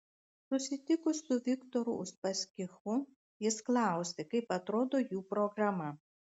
susitikus su viktoru uspaskichu jis klausė kaip atrodo jų programa